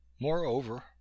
moreover